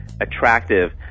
attractive